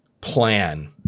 plan